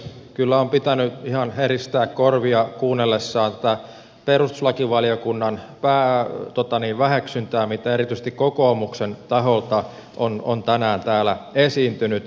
kyllä on pitänyt ihan heristää korvia kuunnellessaan tätä perustuslakivaliokunnan väheksyntää mitä erityisesti kokoomuksen taholta on tänään täällä esiintynyt